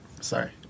Sorry